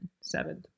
Seventh